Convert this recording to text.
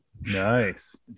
Nice